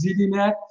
ZDNet